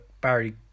Barry